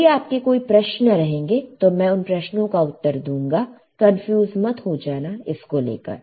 यदि आपके कोई प्रश्न रहेंगे तो मैं उन प्रश्नों का उत्तर दूंगा कंफ्यूज मत हो जाना इसको लेकर